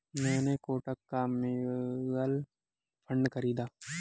मैंने कोटक का mutual fund खरीदा है